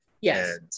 Yes